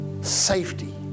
safety